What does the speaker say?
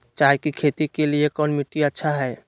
चाय की खेती के लिए कौन मिट्टी अच्छा हाय?